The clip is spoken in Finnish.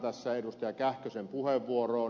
kähkösen puheenvuoroon